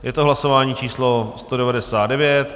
Je to hlasování číslo 199.